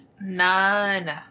None